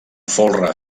folre